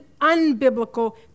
unbiblical